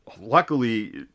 Luckily